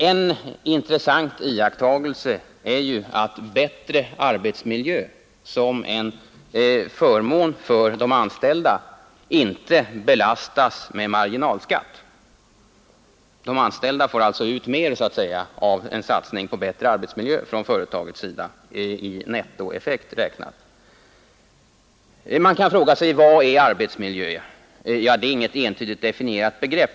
En intressant iakttagelse är ju att bättre arbetsmiljö som en förmån för de anställda inte belastas med marginalskatt. De anställda får alltså ut mer av en satsning på bättre arbetsmiljö från företagets sida, i nettoeffekt räknat. Vad är arbetsmiljö egentligen? Det är inget entydigt definierat begrepp.